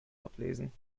ablesen